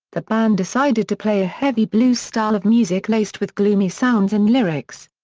the band decided to play a heavy blues style of music laced with gloomy sounds and lyrics.